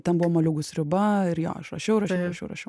ten buvo moliūgų sriuba ir jo aš rašiau rašiau rašiau rašiau